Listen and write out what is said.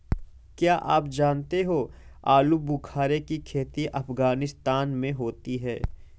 क्या आप जानते हो आलूबुखारे की खेती अफगानिस्तान में होती है